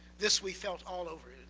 this we felt all over,